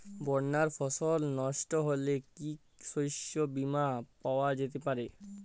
বন্যায় ফসল নস্ট হলে কি শস্য বীমা পাওয়া যেতে পারে?